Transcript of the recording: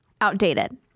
Outdated